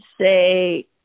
say